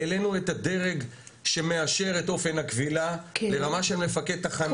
העלינו את הדרג שמאשר את אופן הכבילה לרמה של מפקד תחנה.